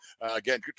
again